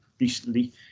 recently